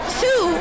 two